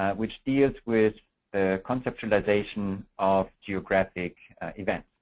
which deals with the conceptualization of geographic events.